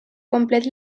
complet